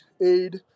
aid